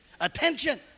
attention